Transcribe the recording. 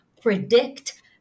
predict